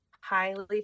highly